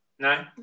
No